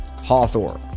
Hawthor